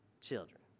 children